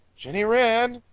jenny wren!